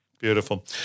Beautiful